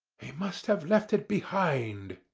he must have left it behind,